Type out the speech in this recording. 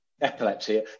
epilepsy